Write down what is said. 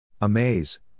Amaze